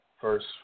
First